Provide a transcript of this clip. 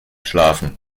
schlafen